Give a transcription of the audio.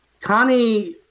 Connie